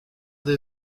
des